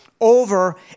over